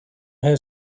her